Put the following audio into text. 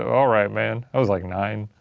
all right, man. i was like nine.